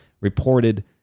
reported